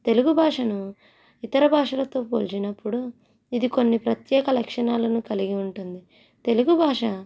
తెలుగు భాషను ఇతర భాషలతో పోల్చినప్పుడు ఇది కొన్ని ప్రత్యేక లక్షణాలను కలిగి ఉంటుంది తెలుగు భాష